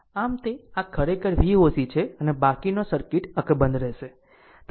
આમ આ ખરેખર Voc છે અને બાકીનો સર્કિટ અકબંધ રહેશે